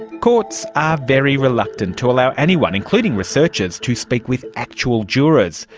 courts are very reluctant to allow anyone, including researchers, to speak with actual juries.